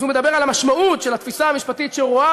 אז הוא מדבר על המשמעות של התפיסה המשפטית שרואה